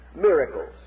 miracles